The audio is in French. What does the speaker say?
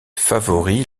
favori